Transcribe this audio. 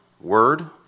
word